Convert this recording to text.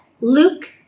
Luke